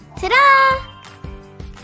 Ta-da